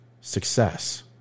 success